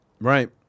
Right